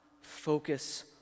focus